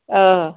ꯑꯥ